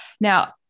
Now